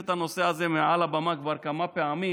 את הנושא הזה מעל הבמה כבר כמה פעמים,